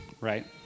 right